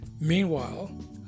Meanwhile